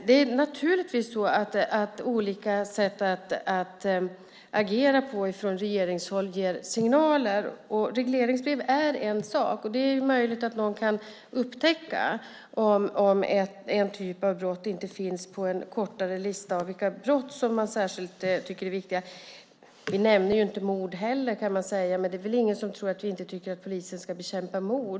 Det är naturligtvis så att olika sätt att agera på från regeringshåll ger signaler, och regleringsbrev är en sådan sak. Det är möjligt att någon kan upptäcka om en typ av brott inte finns på en kortare lista över vilka brott som man tycker är särskilt viktiga. Vi nämner ju inte heller mord, men det är väl ingen som tror att vi inte tycker att polisen ska bekämpa mord.